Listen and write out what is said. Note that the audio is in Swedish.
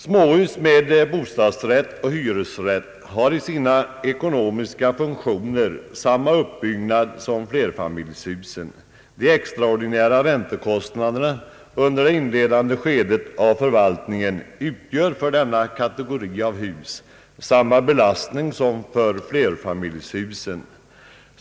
Småhus med bostadsoch hyresrätt har i sina ekonomiska funktioner samma uppbyggnad som flerfamiljshusen. De extraordinära räntekostnaderna under det inledande skedet av förvaltningen utgör för denna kategori av hus samma belastning som för flerfamiljshusen.